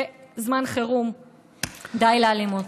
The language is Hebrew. זמן חירום, די לאלימות.